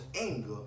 anger